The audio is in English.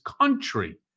country